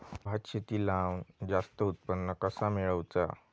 भात शेती लावण जास्त उत्पन्न कसा मेळवचा?